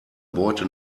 beute